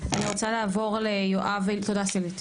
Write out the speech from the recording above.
אני רוצה לעבור ליואב אילון,